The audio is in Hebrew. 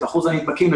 את אחוז הנדבקים,